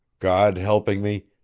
god helping me,